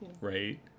right